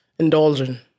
Indulging